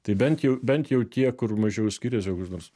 tai bent jau bent jau tie kur mažiau skiriasi koks nors